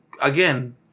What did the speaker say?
again